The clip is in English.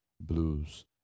blues